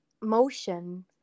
motion